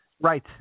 Right